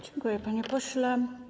Dziękuję, panie pośle.